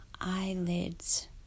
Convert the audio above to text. eyelids